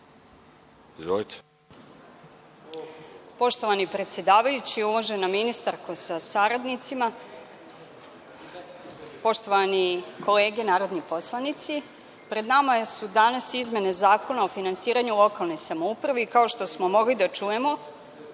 Poštovani predsedavajući, uvažena ministarko sa saradnicima, poštovane kolege narodni poslanici, pred nama su danas izmene Zakona o finansiranju lokalne samouprave i, kao što smo mogli da čujemo,